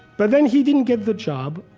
but then he didn't get the job.